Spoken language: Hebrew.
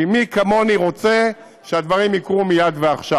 כי מי כמוני רוצה שהדברים יקרו מייד ועכשיו.